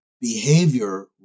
behavior